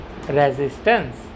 resistance